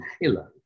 Halo